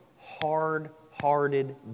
hard-hearted